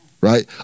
right